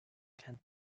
can